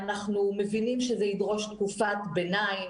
אנחנו מבינים שזה ידרוש תקופת ביניים,